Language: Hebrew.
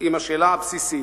עם השאלה הבסיסית: